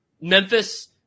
Memphis